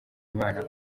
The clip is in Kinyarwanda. imana